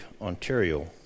Ontario